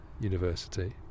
University